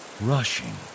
rushing